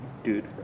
dude